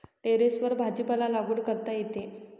टेरेसवर भाजीपाला लागवड करता येते